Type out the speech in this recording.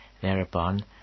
Thereupon